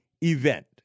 event